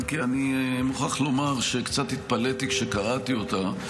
אם כי אני מוכרח לומר שקצת התפלאתי כשקראתי אותה,